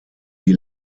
die